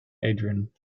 adrian